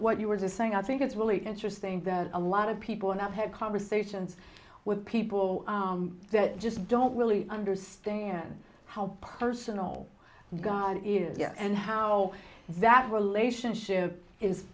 what you were dissing i think it's really interesting that a lot of people and i've had conversations with people that just don't really understand how personal god is and how that relationship is